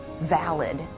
valid